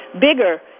Bigger